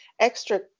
extra